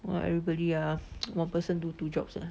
!wah! everybody ah one person do two jobs ah